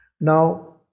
Now